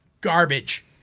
garbage